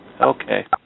Okay